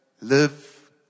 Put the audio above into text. live